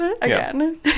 again